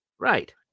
Right